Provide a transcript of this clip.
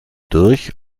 durch